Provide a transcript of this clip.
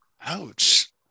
Ouch